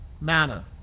manner